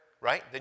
right